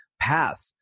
path